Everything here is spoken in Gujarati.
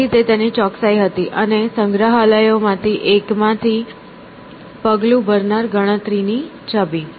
તેથી તે તેની ચોકસાઇ હતી અને સંગ્રહાલયોમાંથી એકમાંથી પગલું ભરનાર ગણતરીની છબી